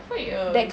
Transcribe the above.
!fuh! oh